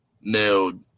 nailed